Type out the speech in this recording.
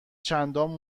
چندان